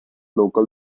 local